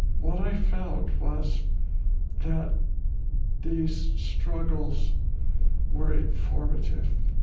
what i found was that these struggles were informative.